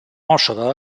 oshawa